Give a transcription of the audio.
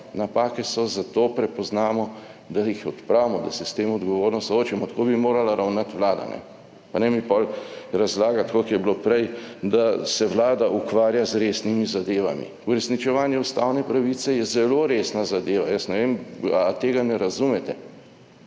Napake so, zato prepoznamo, da jih odpravimo, da se s tem odgovorno soočimo. Tako bi morala ravnati Vlada pa ne mi pol razlagati, kot je bilo prej, da se Vlada ukvarja z resnimi zadevami. Uresničevanje ustavne pravice je zelo resna zadeva, jaz ne vem, a tega ne razumete?